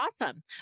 awesome